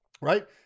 right